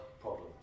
problems